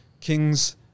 Kings